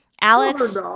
Alex